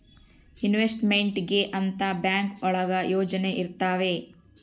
investment ಗೆ ಅಂತ bank ಒಳಗ ಯೋಜನೆ ಇರ್ತವೆ